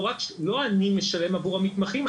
לא אני משלם עבור המתמחים.